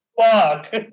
Fuck